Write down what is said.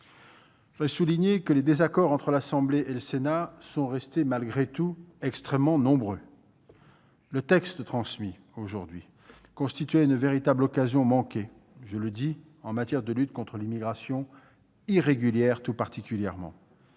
J'ajoute que les désaccords entre l'Assemblée nationale et le Sénat sont malgré tout restés extrêmement nombreux. Le texte transmis aujourd'hui constitue une véritable occasion manquée- je le dis -en matière de lutte contre l'immigration irrégulière tout particulièrement